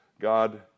God